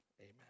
Amen